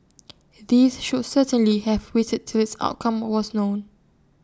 these should certainly have waited till its outcome was known